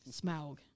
Smaug